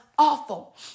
awful